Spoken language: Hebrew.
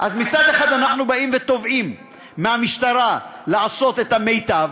אז מצד אחד אנחנו תובעים מהמשטרה לעשות את המיטב,